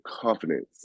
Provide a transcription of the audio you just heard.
confidence